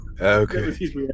okay